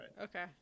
Okay